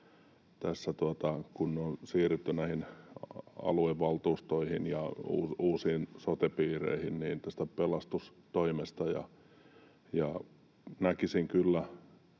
kun on siirrytty näihin aluevaltuustoihin ja uusiin sote-piireihin, tästä pelastustoimesta. Näkisin kyllä